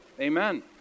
Amen